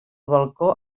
balcó